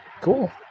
Cool